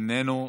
איננו,